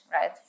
right